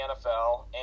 NFL